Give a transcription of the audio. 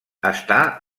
està